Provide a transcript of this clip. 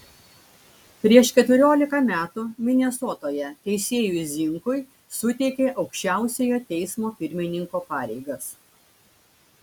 prieš keturiolika metų minesotoje teisėjui zinkui suteikė aukščiausiojo teismo pirmininko pareigas